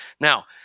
Now